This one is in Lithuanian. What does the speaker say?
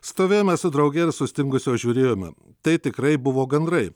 stovėjome su drauge ir sustingusios žiūrėjome tai tikrai buvo gandrai